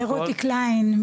רותי קליין,